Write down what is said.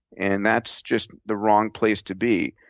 and that's just the wrong place to be.